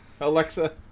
Alexa